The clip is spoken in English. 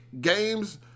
games